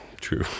True